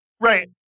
Right